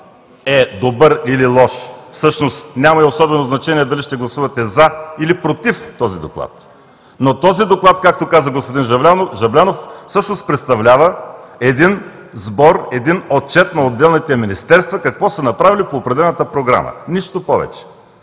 е добър или лош, всъщност няма и особено значение дали ще гласувате „за“, или „против“ този Доклад. Но този Доклад, както каза господин Жаблянов, всъщност представлява един сбор, един отчет на отделните министерства какво са направили по определената програма – нищо повече.